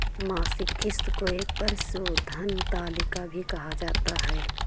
मासिक किस्त को एक परिशोधन तालिका भी कहा जाता है